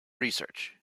research